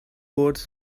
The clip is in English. boards